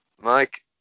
Mike